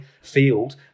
field